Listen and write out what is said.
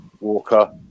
Walker